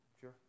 Sure